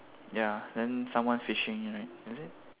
ya then someone fishing right is it